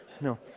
No